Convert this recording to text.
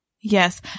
Yes